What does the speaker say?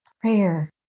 prayer